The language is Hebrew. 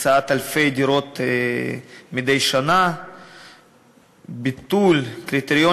הקצאת אלפי דירות מדי שנה וביטול הקריטריון